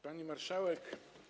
Pani Marszałek!